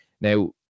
now